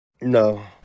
No